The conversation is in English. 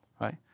right